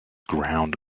ground